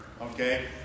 okay